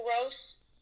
gross